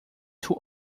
two